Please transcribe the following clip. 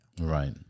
right